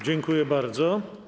Dziękuję bardzo.